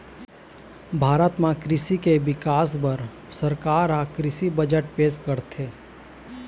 भारत म कृषि के बिकास बर सरकार ह कृषि बजट पेश करथे